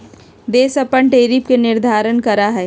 देश अपन टैरिफ के निर्धारण करा हई